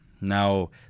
Now